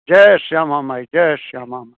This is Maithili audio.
जय श्यामा माइ जय श्यामा माइ